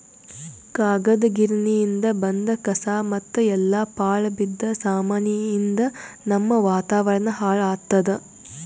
ಕಾಗದ್ ಗಿರಣಿಯಿಂದ್ ಬಂದ್ ಕಸಾ ಮತ್ತ್ ಎಲ್ಲಾ ಪಾಳ್ ಬಿದ್ದ ಸಾಮಾನಿಯಿಂದ್ ನಮ್ಮ್ ವಾತಾವರಣ್ ಹಾಳ್ ಆತ್ತದ